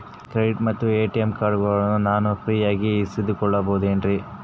Credit ಮತ್ತ ATM ಕಾರ್ಡಗಳನ್ನ ನಾನು ಫ್ರೇಯಾಗಿ ಇಸಿದುಕೊಳ್ಳಬಹುದೇನ್ರಿ?